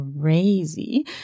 crazy